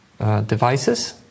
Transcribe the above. devices